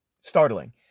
startling